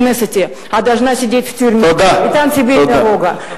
תודה, תודה.